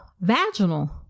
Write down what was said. vaginal